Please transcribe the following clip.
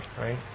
right